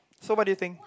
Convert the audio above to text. so what do you think